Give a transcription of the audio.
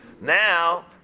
now